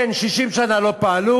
כן, 60 שנה לא פעלו,